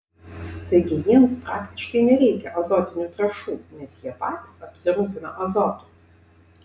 taigi jiems praktiškai nereikia azotinių trąšų nes jie patys apsirūpina azotu